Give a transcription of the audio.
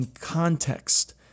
context